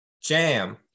Jam